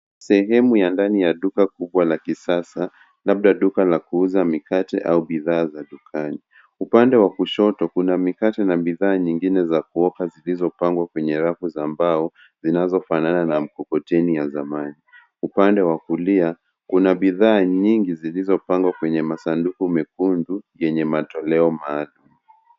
Sehemu ya ndani ya duka kubwa la kisasa labda duka la kuuza mikate au bidhaa za dukani. Upande wa kushoto kuna mikate na bidhaa nyingine za kuoka zilizo pangwa kwenye rafu za mbao zinazo fanana na mikokoteni wa zamani. Upande wa kulia kuna bidhaa nyingi zilizo pangwa kwenye masanduku mekundu yenye matoleo maalum.